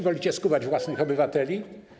Wolicie skubać własnych obywateli?